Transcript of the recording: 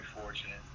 fortunate